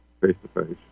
face-to-face